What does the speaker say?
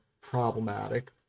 problematic